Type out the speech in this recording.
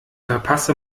verpasse